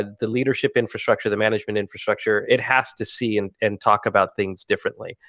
ah the leadership infrastructure, the management infrastructure, it has to see and and talk about things differently.